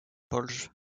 polje